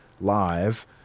live